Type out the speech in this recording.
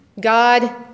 God